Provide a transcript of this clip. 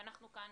אנחנו כאן,